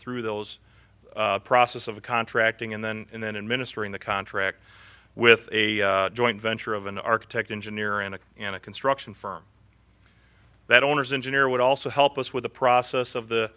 through those process of contracting and then and then administer in the contract with a joint venture of an architect engineer and an a construction firm that owners engineer would also help us with the process of the